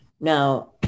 Now